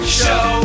show